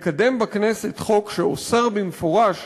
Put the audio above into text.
לקדם בכנסת חוק שאוסר במפורש